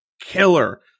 killer